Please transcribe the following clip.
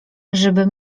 żeby